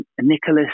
Nicholas